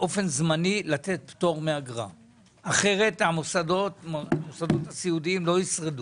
לתת פטור מאגרה באופן זמני; אחרת המוסדות הסיעודיים לא ישרדו.